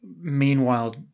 Meanwhile